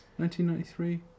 1993